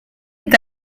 est